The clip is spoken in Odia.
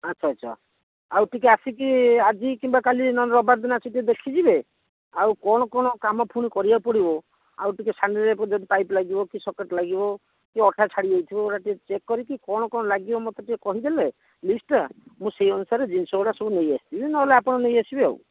ଆଚ୍ଛା ଆଚ୍ଛା ଆଉ ଟିକିଏ ଆସିକି ଆଜି କିମ୍ବା କାଲି ନହେଲେ ରବିବାର ଦିନ ଆସିକି ଟିକିଏ ଦେଖିଯିବେ ଆଉ କ'ଣ କ'ଣ କାମ ପୁଣି କରିବାକୁ ପଡ଼ିବ ଆଉ ଟିକିଏ ସାମ୍ନାରେ କି ପାଇପ୍ ଲାଗିବ କି ସକେଟ୍ ଲାଗିବ କି ଅଠା ଛାଡ଼ି ଯାଇଥିବ ଏଗୁଡ଼ା ଟିକିଏ ଚେକ୍ କରିକି କ'ଣ କ'ଣ ଲାଗିବ ମୋତେ ଟିକିଏ କହିଦେଲେ ଲିଷ୍ଟଟା ମୁଁ ସେଇ ଅନୁସାରେ ଜିନିଷଗୁଡ଼ା ନେଇ ଆସିବି ନହେଲେ ଆପଣ ନେଇ ଆସିବେ ଆଉ